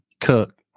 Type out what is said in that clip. cook